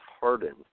Harden